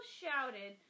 shouted